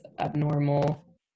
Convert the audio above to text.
abnormal